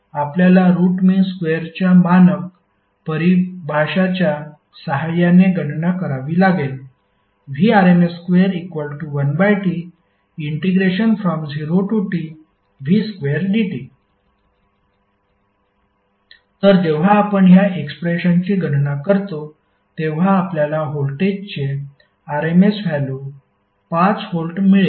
आपल्याला root means स्क्वेअरच्या मानक परिभाषाच्या सहाय्याने गणना करावी लागेल Vrms21T0Tv2dt तर जेव्हा आपण ह्या एक्सप्रेशनची गणना करतो तेव्हा आपल्याला व्होल्टेजचे rms व्हॅल्यु 5 व्होल्ट मिळेल